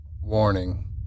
Warning